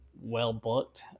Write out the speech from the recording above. well-booked